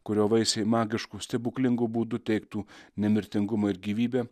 kurio vaisiai magišku stebuklingu būdu teiktų nemirtingumą ir gyvybę